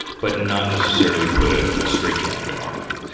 but not necessarily put a ah straitjacket on them.